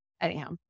Anyhow